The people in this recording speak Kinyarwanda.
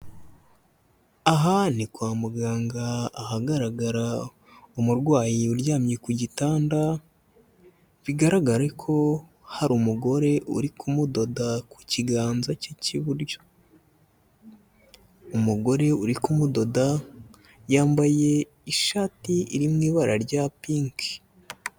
Aha ni kwa muganga ahagaragara umurwayi uryamye ku gitanda, bigaragare ko hari umugore uri kumudoda ku kiganza cye cy'iburyo, umugore uri kumudoda yambaye ishati iri mu ibara rya pinki.